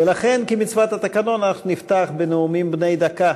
ולכן, כמצוות התקנון, אנחנו נפתח בנאומים בני דקה.